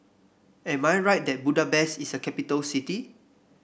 am I right that Budapest is a capital city